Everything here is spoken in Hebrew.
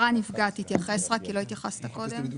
יבוא "ויתום עד גיל 50". תתייחס להגדרה נפגע כי קודם לא התייחסת אלי ה.